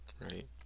right